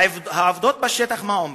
העובדות בשטח, מה אומרות?